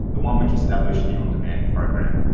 the one which established the on demand program.